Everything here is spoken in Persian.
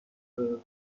رهن